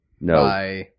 No